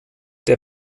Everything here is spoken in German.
der